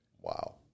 Wow